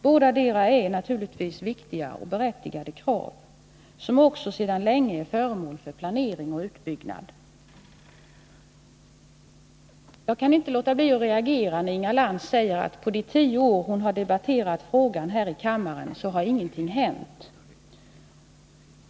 Bådadera är naturligtvis viktiga och berättigade krav som också sedan länge är föremål för planering och utbyggnad. Jag kan inte låta bli att reagera när Inga Lantz säger att på de tio år hon har debatterat här i kammaren har ingenting hänt.